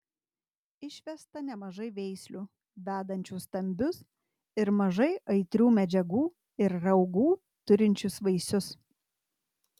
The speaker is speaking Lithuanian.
išvesta nemažai veislių vedančių stambius ir mažai aitrių medžiagų ir raugų turinčius vaisius